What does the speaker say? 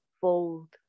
Fold